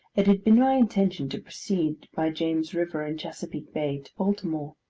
it had been my intention to proceed by james river and chesapeake bay to baltimore